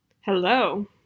Hello